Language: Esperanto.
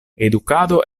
edukado